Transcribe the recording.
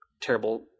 terrible